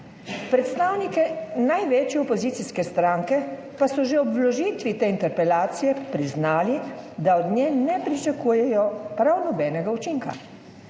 Predstavniki največje opozicijske stranke pa so že ob vložitvi te interpelacije priznali, da od nje ne pričakujejo prav nobenega učinka.